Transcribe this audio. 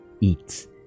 eats